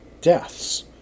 deaths